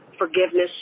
forgiveness